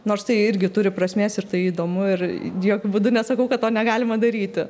nors tai irgi turi prasmės ir tai įdomu ir jokiu būdu nesakau to negalima daryti